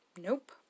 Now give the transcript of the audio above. Nope